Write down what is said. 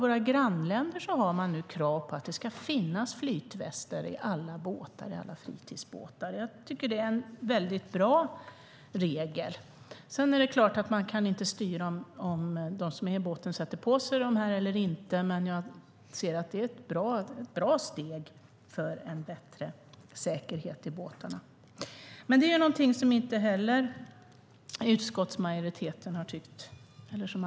Våra grannländer har nu krav på att det ska finnas flytvästar i alla båtar, i alla fritidsbåtar. Jag tycker att det är en väldigt bra regel. Det är klart att man inte kan styra om de som är i båten sätter på sig flytväst eller inte, men jag ser det som ett bra steg för en bättre säkerhet i båtarna.